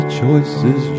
choices